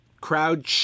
crowd